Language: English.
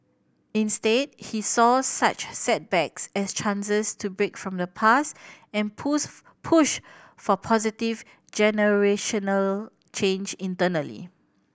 instead he saw such setbacks as chances to break from the past and push for positive generational change internally